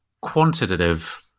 quantitative